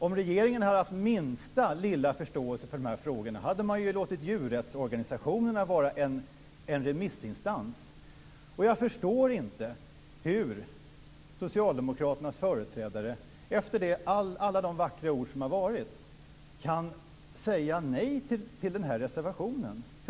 Om regeringen hade haft minsta lilla förståelse för de här frågorna hade man låtit djurrättsorganisationerna vara en remissinstans. Jag förstår inte hur socialdemokraternas företrädare efter alla de vackra ord som varit kan säga nej till den här reservationen.